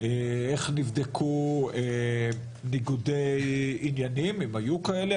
איך נבדקו ניגודי עניינים, אם היו כאלה.